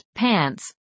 pants